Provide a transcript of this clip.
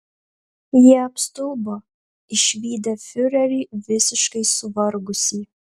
jie apstulbo išvydę fiurerį visiškai suvargusį